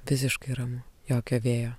visiškai ramu jokio vėjo